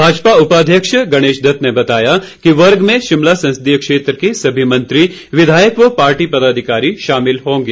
भाजपा उपाध्यक्ष गणेश दत्त ने बताया कि वर्ग में शिमला संसदीय क्षेत्र के सभी मंत्री विधायक व पार्टी पदाधिकारी शामिल होंगे